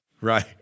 Right